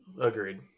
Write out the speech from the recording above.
agreed